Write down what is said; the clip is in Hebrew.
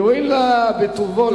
יואיל נא בטובו לשבת.